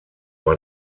war